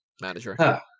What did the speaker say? Manager